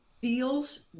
feels